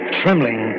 trembling